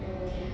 mm